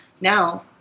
now